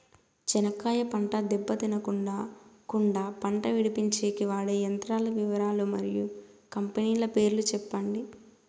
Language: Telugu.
చెనక్కాయ పంట దెబ్బ తినకుండా కుండా పంట విడిపించేకి వాడే యంత్రాల వివరాలు మరియు కంపెనీల పేర్లు చెప్పండి?